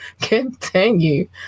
continue